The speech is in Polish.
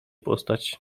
postać